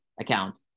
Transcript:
account